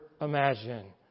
imagine